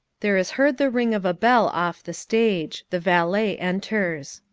there is heard the ring of a bell off the stage. the valet enters.